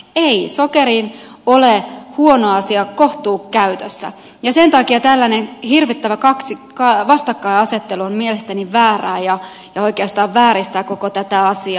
ei sokeri ole huono asia kohtuukäytössä ja sen takia tällainen hirvittävä vastakkainasettelu on mielestäni väärää ja oikeastaan vääristää koko tätä asiaa